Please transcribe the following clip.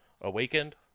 awakened